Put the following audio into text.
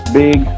big